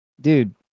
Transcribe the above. Dude